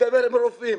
מדבר עם הרופאים.